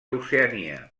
oceania